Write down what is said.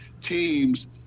teams